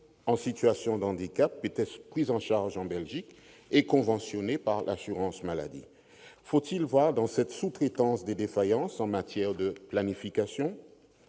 en situation de handicap étaient pris en charge en Belgique et conventionnés par l'assurance maladie. Faut-il voir dans cette sous-traitance le signe de défaillances en matière de planification ?